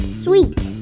sweet